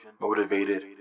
motivated